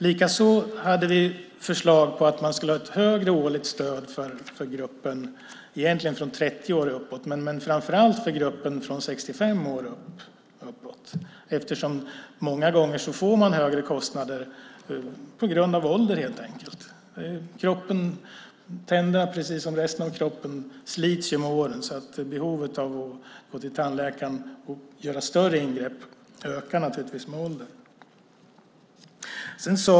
Likaså hade vi förslag på att man skulle ha ett högre årligt stöd, egentligen från 30 år och uppåt, men framför allt för gruppen från 65 år och uppåt. Många gånger får man ju högre kostnader helt enkelt på grund av ålder. Tänderna precis som resten av kroppen slits med åren, så behovet att gå till tandläkaren och göra större ingrepp ökar naturligtvis med åldern.